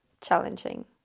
challenging